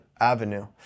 avenue